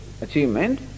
Achievement